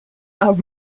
are